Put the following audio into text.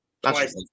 Twice